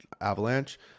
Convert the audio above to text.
avalanche